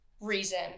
reason